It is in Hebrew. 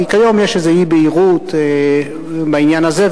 כי כיום יש איזו אי-בהירות בעניין הזה,